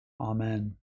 Amen